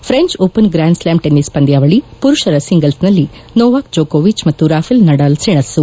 French Open grand slam tennis ಪಚಿದ್ದಾವಳಿ ಮರುಷರ ಸಿಂಗಲ್ಸ್ನಲ್ಲಿ ನೊವಾಕ್ ಜೊಕೊವಿಚ್ ಮತ್ತು ರಾಫೆಲ್ ನಡಾಲ್ ಸೆಣಸು